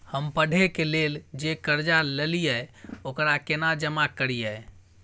हम पढ़े के लेल जे कर्जा ललिये ओकरा केना जमा करिए?